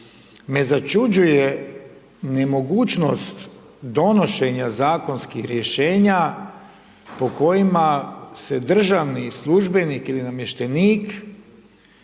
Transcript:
me začuđuje mogućnost donošenje zakonskih rješenja, po kojima se državni službenik ili namještenik,